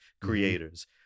creators